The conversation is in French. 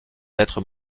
d’être